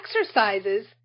exercises